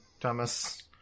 Thomas